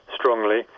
strongly